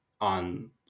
on